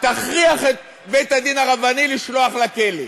תכריח את בית-הדין הרבני לשלוח לכלא.